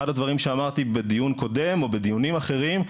אחד הדברים שאמרתי בדיון קודם או בדיונים אחרים,